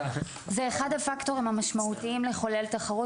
זה אחד הפקטורים המשמעותיים לחולל תחרות,